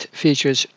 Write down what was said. features